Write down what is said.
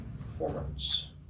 performance